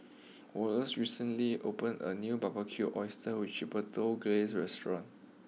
Wallace recently opened a new Barbecued Oysters with Chipotle Glaze restaurant